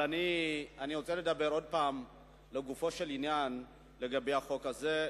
אני רוצה לדבר עוד פעם לגופו של עניין לגבי החוק הזה,